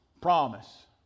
Promise